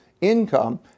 income